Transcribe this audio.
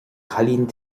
cailín